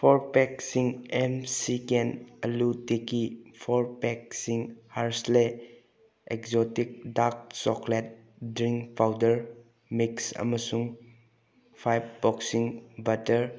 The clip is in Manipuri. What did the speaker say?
ꯐꯣꯔ ꯄꯦꯛꯁꯤꯡ McCain aloo tikki four ꯄꯦꯛꯁꯤꯡ ꯍꯥꯔꯁꯂꯦ exotic dark chocolate drink powder mix ꯑꯃꯁꯨꯡ ꯐꯥꯏꯚ ꯕꯣꯛꯁꯤꯡ ꯕꯇꯔ